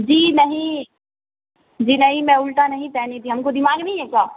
جی نہیں جی نہیں میں الٹا نہیں پہنی تھی ہم کو دماغ نہیں ہے کا